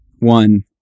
One